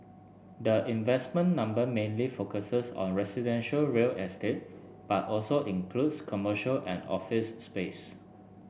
the investment number mainly focuses on residential real estate but also includes commercial and office space